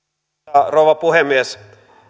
rouva puhemies